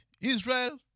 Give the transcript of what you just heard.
Israel